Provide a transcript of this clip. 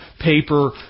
paper